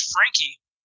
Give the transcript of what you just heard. Frankie